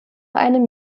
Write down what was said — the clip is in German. einem